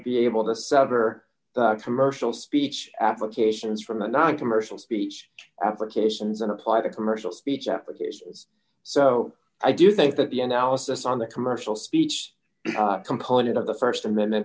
be able to sever commercial speech applications from the noncommercial speech applications and apply to commercial speech applications so i do think that the analysis on the commercial speech component of the st amendment